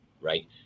right